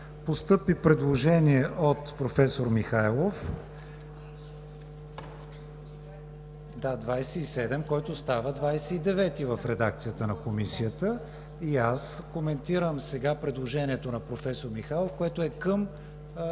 постъпи предложение от професор Михайлов… (Реплики.) Да, § 27, който става § 29, в редакцията на Комисията и аз коментирам сега предложението на професор Михайлов, което е към